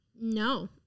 No